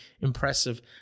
impressive